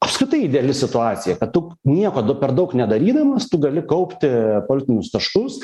apskritai ideali situacija kad tu nieko per daug nedarydamas tu gali kaupti politinius taškus